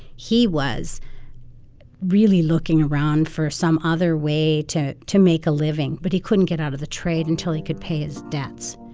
he was really looking around for some other way to to make a living. but he couldn't get out of the trade until he could pay his debts.